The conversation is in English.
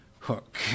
hook